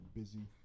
busy